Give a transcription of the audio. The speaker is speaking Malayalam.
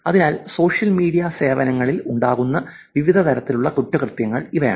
അതിനാൽ സോഷ്യൽ മീഡിയ സേവനങ്ങളിൽ ഉണ്ടാകുന്ന വിവിധ തരത്തിലുള്ള കുറ്റകൃത്യങ്ങൾ ഇവയാണ്